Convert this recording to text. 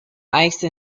ice